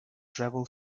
travel